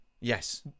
Yes